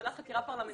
ועדת חקירה פרלמנטרית,